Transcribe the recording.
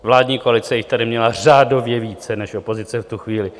Vládní koalice jich tady měla řádově více než opozice v tu chvíli.